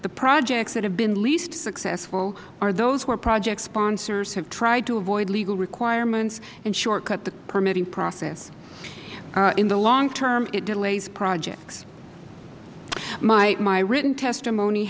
the projects that have been least successful are those where project sponsors have tried to avoid legal requirements and short cut the permitting process in the long term itdelays projects my written testimony